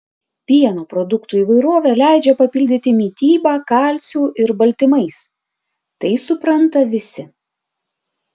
pieno produktų įvairovė leidžia papildyti mitybą kalciu ir baltymais tai supranta visi